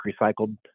recycled